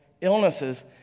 illnesses